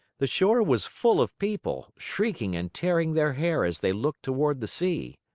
the shore was full of people, shrieking and tearing their hair as they looked toward the sea.